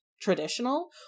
traditional